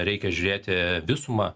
reikia žiūrėti visumą